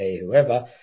whoever